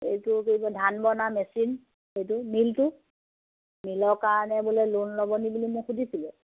এইটো কি কয় ধান বনা মেচিন এইটো মিলটো মিলৰ কাৰণে বোলে লোন ল'বনি বুলি মোক সুধিছিলোঁ